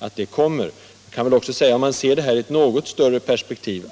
att det kommer. Man kan se det här i ett något större perspektiv.